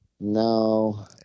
No